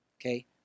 Okay